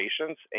patients